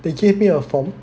they gave me a form